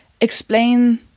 explain